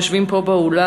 היושבים פה באולם,